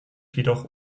jedoch